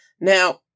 now